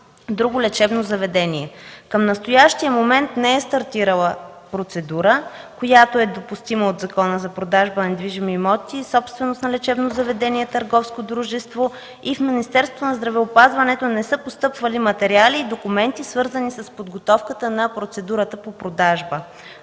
друго лечебно заведение. Към настоящия момент не е стартирала процедура, която е допустима от закона за продажба на недвижими имоти и собственост на лечебно заведение – търговско дружество, и в Министерството на здравеопазването не са постъпвали материали и документи, свързани с подготовката на процедурата по продажба.